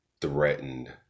threatened